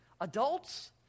adults